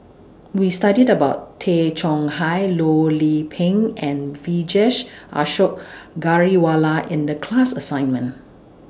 We studied about Tay Chong Hai Loh Lik Peng and Vijesh Ashok Ghariwala in The class assignment